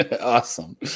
Awesome